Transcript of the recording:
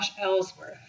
Ellsworth